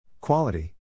Quality